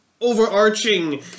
overarching